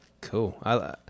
Cool